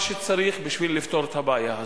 מה שצריך בשביל לפתור את הבעיה הזאת.